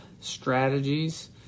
strategies